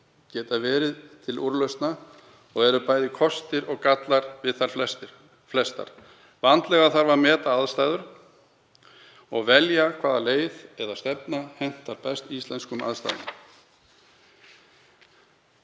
geta verið til úrlausna og eru bæði kostir og gallar við þær flestar. Vandlega þarf að meta aðstæður og velja hvaða leið eða stefna hentar best íslenskum aðstæðum.“